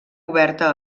oberta